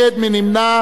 נא להצביע.